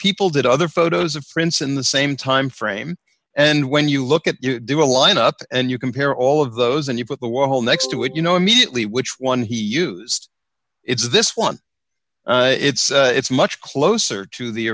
people did other photos of prince in the same time frame and when you look at do a line up and you compare all of those and you put the wall next to it you know immediately which one he used it's this one it's it's much closer to the